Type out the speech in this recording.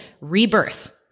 rebirth